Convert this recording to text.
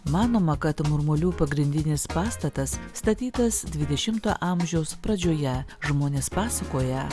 manoma kad murmulių pagrindinis pastatas statytas dvidešimto amžiaus pradžioje žmonės pasakoja